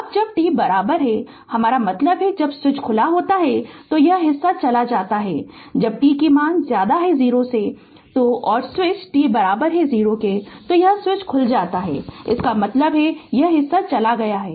अब जब t हमारा मतलब है कि जब स्विच खुला होता है तो यह हिस्सा चला जाता है जब t 0 तो और स्विच t 0 वह स्विच खोला जाता है इसका मतलब है यह हिस्सा चला गया है